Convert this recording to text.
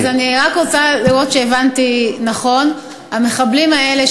אני רק רוצה לראות שהבנתי נכון: המחבלים האלה,